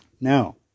Now